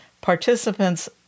participants